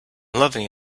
loving